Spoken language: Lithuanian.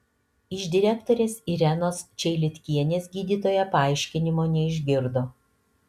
iš direktorės irenos čeilitkienės gydytoja paaiškinimo neišgirdo